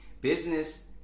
Business